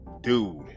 dude